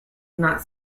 not